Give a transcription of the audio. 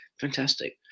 Fantastic